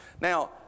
Now